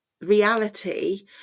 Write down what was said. reality